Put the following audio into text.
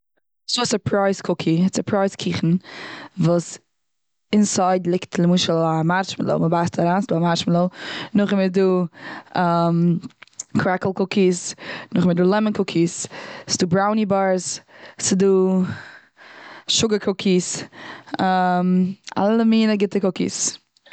ס'דא א סורפרייז קוקוי, סורפרייז קיכן, וואס אינסייד ליגט למשל א מארשמעלאו, מ'בייסט אריין און ס'דא א מארשמעלאו. נאך דעם איז דא קרעקל קוקיס, נאך דעם איז דא לעמען קוקיס, ס'איז דא בראוני בארס, ס'דא סוגער קוקיס. אלע מינע גוטע קוקיס.